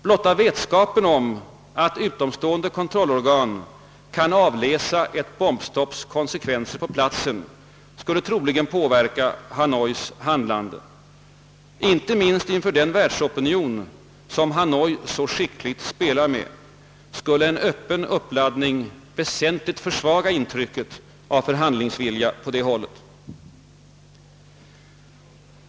Blotta vetskapen om att utomstående kontrollorgan kan avläsa bombstoppets konsekvenser på platsen skulle troligen påverka Hanois handlande. Inte minst inför den världsopinion, som Hanoi så skickligt spelar med, skulle en öppen uppladdning väsentligt försvaga intrycket av förhandlingsvilja på det hållet.